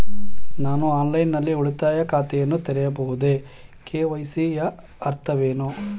ನಾನು ಆನ್ಲೈನ್ ನಲ್ಲಿ ಉಳಿತಾಯ ಖಾತೆಯನ್ನು ತೆರೆಯಬಹುದೇ? ಕೆ.ವೈ.ಸಿ ಯ ಅರ್ಥವೇನು?